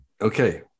okay